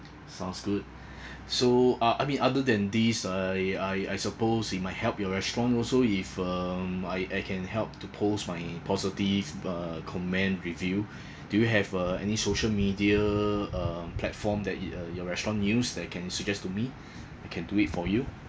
sounds good so uh I mean other than these I I I suppose it might help your restaurant also if um I I can help to post my positive uh comment review do you have uh any social media uh platform that it uh your restaurant use that you can suggest to me I can do it for you